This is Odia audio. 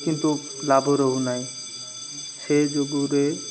କିନ୍ତୁ ଲାଭ ରହୁନାହିଁ ସେ ଯୋଗୁରେ